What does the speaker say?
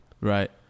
Right